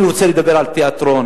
אני רוצה לדבר על תיאטרון,